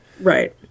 Right